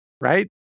right